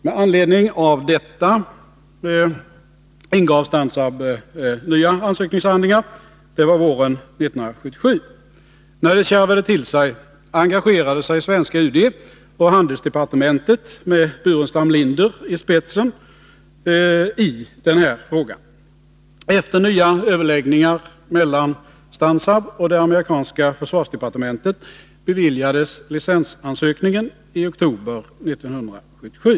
Med anledning av detta ingav Stansaab nya ansökningshandlingar. Det var våren 1977. När det kärvade till sig, engagerade sig svenska UD och handelsdepartementet med Staffan Burenstam Linder i spetsen i frågan. Efter nya överläggningar mellan Stansaab och det amerikanska försvarsdepartementet beviljades licens i Nr 145 oktober 1977.